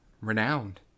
renowned